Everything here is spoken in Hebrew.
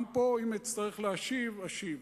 גם פה, אם אצטרך להשיב, אשיב.